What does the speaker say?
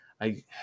I-